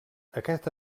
aquest